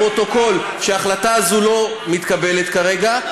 לפרוטוקול שההחלטה הזאת לא מתקבלת כרגע.